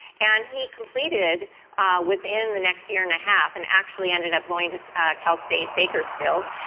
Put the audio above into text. and, he completed within the next year and a half, and actually ended up going to cal state bakersfield,